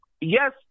yes